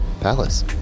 Palace